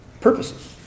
purposes